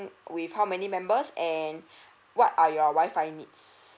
with how many members and what are your WI-FI needs